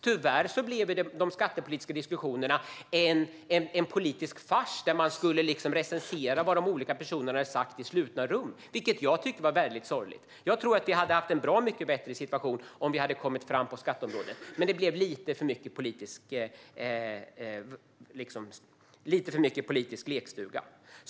Tyvärr blev de skattepolitiska diskussionerna en politisk fars där man skulle recensera vad de olika personerna hade sagt i slutna rum, vilket jag tyckte var sorgligt. Jag tror att vi hade haft en bra mycket bättre situation om vi hade kommit fram på skatteområdet. Men det blev lite för mycket politisk lekstuga.